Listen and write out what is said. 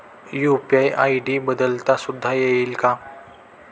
UPI ID बदलता सुद्धा येईल का?